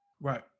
Right